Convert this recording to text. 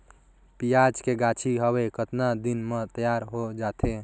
पियाज के गाछी हवे कतना दिन म तैयार हों जा थे?